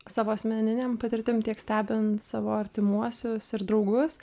savo asmeninėm patirtim tiek stebint savo artimuosius ir draugus